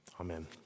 Amen